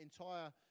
entire